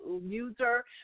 user